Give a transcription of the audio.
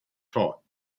taught